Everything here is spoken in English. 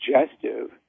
suggestive